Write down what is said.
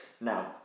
Now